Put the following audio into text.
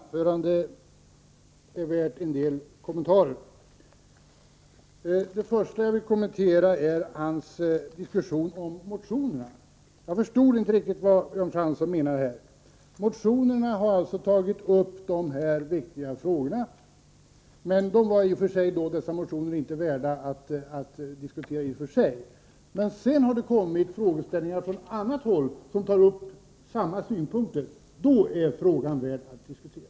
Herr talman! Jan Franssons anförande är värt en del kommentarer. Det första jag vill kommentera är hans diskussion om motionerna. Jag förstod inte riktigt vad han menade. Motionerna har alltså tagit upp dessa viktiga frågor, men motionerna ansågs inte värda att diskutera i sig. Sedan har det kommit frågeställningar från annat håll som tar upp samma synpunkter, och då är frågan värd att diskutera.